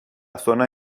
zona